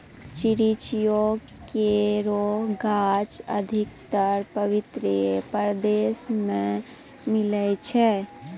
चिरौंजी केरो गाछ अधिकतर पर्वतीय प्रदेश म मिलै छै